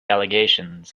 allegations